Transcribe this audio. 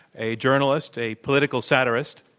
a journalist, a political satirist.